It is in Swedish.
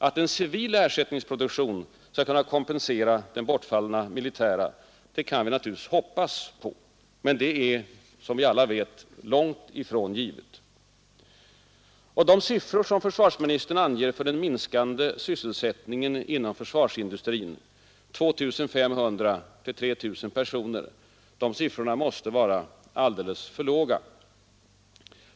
Att en civil ersättningsproduktion skall kunna kompensera den bortfallna militära kan vi naturligtvis hoppas på, men det är, som vi alla vet, långt ifrån givet. De siffror som försvarsministern anger för den minskande sysselsättningen inom försvarsindustrin — 2 500—3 000 personer — måste dessutom vara alldeles för låga.